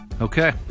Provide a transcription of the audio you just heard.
Okay